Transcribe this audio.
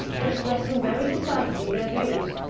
expressing very decidedly their views,